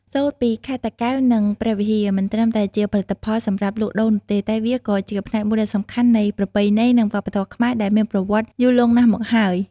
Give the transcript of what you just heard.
សូត្រពីខេត្តតាកែវ និងព្រះវិហារ មិនត្រឹមតែជាផលិតផលសម្រាប់លក់ដូរនោះទេ តែវាក៏ជាផ្នែកមួយដ៏សំខាន់នៃប្រពៃណី និងវប្បធម៌ខ្មែរដែលមានប្រវត្តិយូរលង់ណាស់មកហើយ។